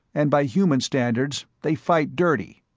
and by human standards they fight dirty.